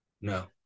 No